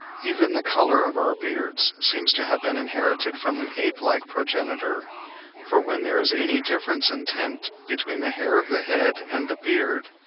even the colour of our beards seems to have been inherited from an ape-like progenitor for when there is any difference in tint between the hair of the head and the beard,